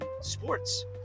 sports